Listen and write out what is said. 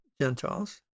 Gentiles